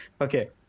Okay